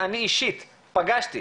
אני אישית פגשתי,